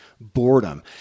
boredom